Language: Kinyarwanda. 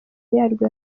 yarwo